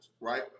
right